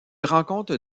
rencontre